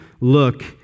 look